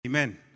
Amen